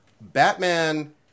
Batman